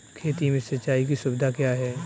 खेती में सिंचाई की सुविधा क्या है?